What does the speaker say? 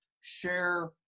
share